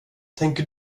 tänker